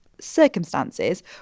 circumstances